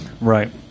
right